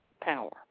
power